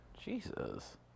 Jesus